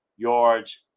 yards